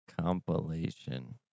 Compilation